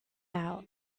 out